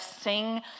sing